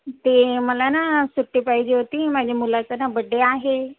ते मला ना सुट्टी पाहिजे होती माझ्या मुलाचा ना बड्डे आहे